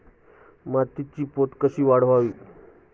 मातीचा पोत कसा वाढवावा?